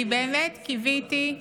אני באמת קיוויתי,